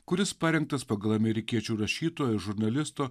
kuris parengtas pagal amerikiečių rašytojo žurnalisto